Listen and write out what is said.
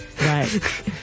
Right